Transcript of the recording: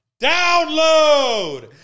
download